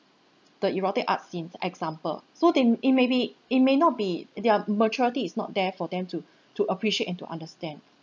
the erotic art scenes example so they m~ it maybe it may not be their maturity is not there for them to to appreciate and to understand